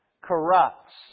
corrupts